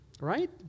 right